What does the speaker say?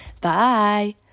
bye